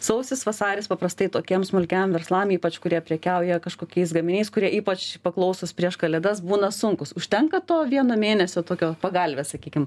sausis vasaris paprastai tokiem smulkiem verslam ypač kurie prekiauja kažkokiais gaminiais kurie ypač paklausūs prieš kalėdas būna sunkūs užtenka to vieno mėnesio tokio pagalvės sakykim